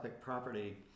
property